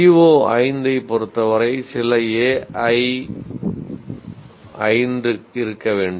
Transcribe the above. CO5 ஐப் பொறுத்தவரை சில AI5 இருக்க வேண்டும்